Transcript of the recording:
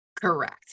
correct